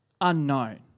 unknown